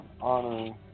honoring